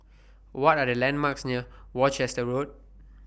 What Are The landmarks near Worcester Road